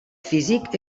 físic